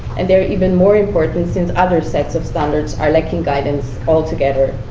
and they're even more important, since other sets of standards are lacking guidance altogether.